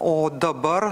o dabar